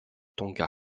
tonga